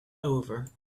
over